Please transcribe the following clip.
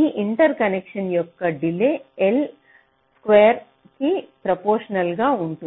ఈ ఇంటర్కనెక్షన్ యొక్క delay L square కి ప్రొపోర్షనల్ గా ఉంటుంది